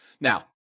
Now